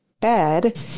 bed